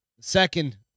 second